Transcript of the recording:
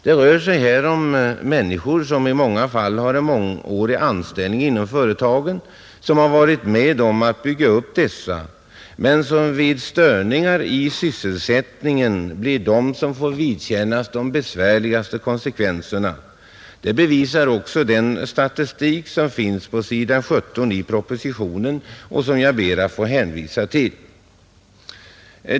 Det rör sig här om människor som ofta har mångårig anställning inom företagen, som har varit med om att bygga upp dessa men som vid störningar i sysselsättningen blir de som får vidkännas de besvärligaste konsekvenserna. Det bevisar också den statistik som finns på s. 17 i propositionen och som jag ber att få hänvisa till.